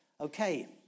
Okay